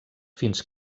fins